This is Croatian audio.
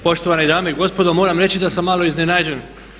Poštovane dame i gospodo, moram reći da sam malo iznenađen.